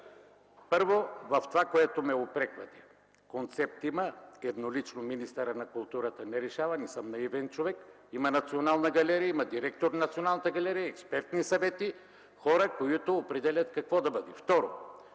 Първо, в това, което ме упреквате – концепт има, еднолично министърът на културата не решава, не съм наивен човек, има Национална галерия, има директор на Националната галерия, експертни съвети, хора, които определят какво да бъде. Второ,